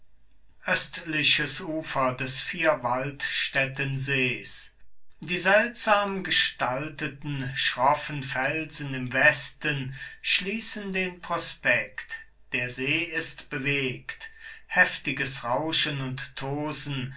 östliches ufer des vierwaldstättersees die seltsam gestalteten schroffen felsen im westen schliessen den prospekt der see ist bewegt heftiges rauschen und tosen